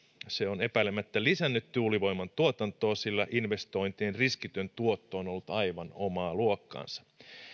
se on epäilemättä lisännyt tuulivoiman tuotantoa sillä investointien riskitön tuotto on ollut aivan omaa luokkaansa